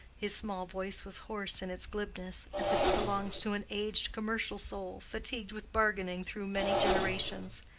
his small voice was hoarse in its glibness, as if it belonged to an aged commercial soul, fatigued with bargaining through many generations.